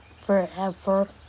forever